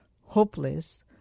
hopeless